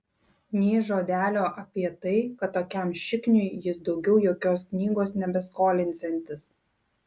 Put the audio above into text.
nė žodelio apie tai kad tokiam šikniui jis daugiau jokios knygos nebeskolinsiantis